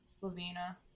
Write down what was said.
Lavina